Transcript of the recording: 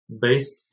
based